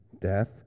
death